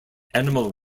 animal